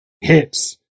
Hits